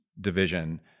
division